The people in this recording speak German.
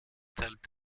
teilt